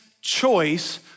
choice